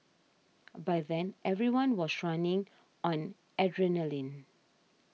by then everyone was running on adrenaline